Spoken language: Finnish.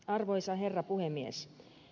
arvoisa herra puhemies